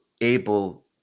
able